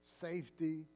safety